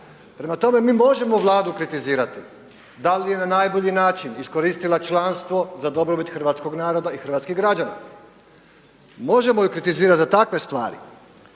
Prema tome, mi možemo Vladu kritizirati da li je na najbolji način iskoristila članstvo za dobrobit hrvatskog naroda i hrvatskih građana. Možemo ju kritizirati za takve stvari